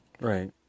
Right